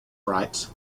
writes